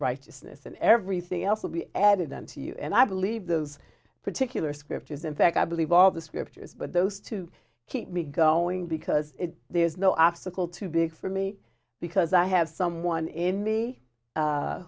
this and everything else will be added unto you and i believe those particular scriptures in fact i believe are the scriptures but those to keep me going because there is no obstacle too big for me because i have someone in me